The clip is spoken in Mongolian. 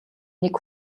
нэг